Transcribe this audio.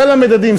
שסל המדדים,